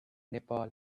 nepal